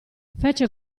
fece